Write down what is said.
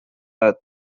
are